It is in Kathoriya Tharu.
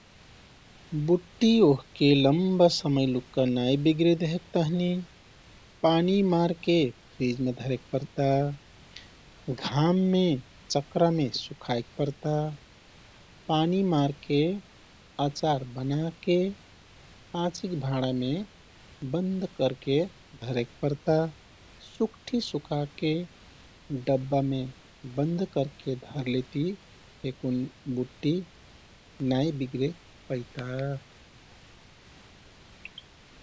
बुट्टी ओहके लम्बा समय लुक्का नाइ बिग्रे देहेक तहनी पानी मारके फ्रिजमे धरेक परता। घाममे चकरामे सुखाइक परता। पानी मारके अचार बनाके काँचिक भाँडामे बन्द करके धरेक परता। सुकठी सुखाके डब्बामे बन्द करके धरलेति फेकुन बुट्टी ना‍इ बिग्रे पैता।